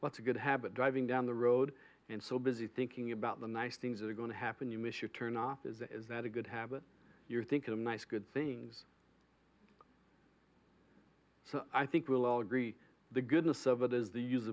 what's a good habit driving down the road and so busy thinking about the nice things that are going to happen you miss your turn opposite is that a good habit you think them nice good things so i think we'll all agree the goodness of it is the